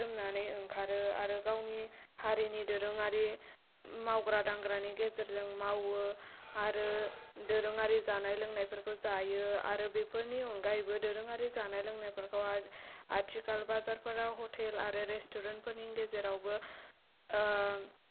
जोमनानै ओंखारो आरो गावनि हारिनि दोरोङारि मावग्रा दांग्रा नि गेजेरजों मावो आरो दोरोङारि जानाय लोंनायफोरखौ जायो आरो बेफोरनि अनगायैबो दोरोङारि जानाय लोंनायफोरखौहाय आथिखाल बाजारफोराव हथेल आरो रेसथुरेनथफोरनि गेजेरावबो